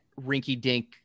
rinky-dink